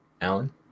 Alan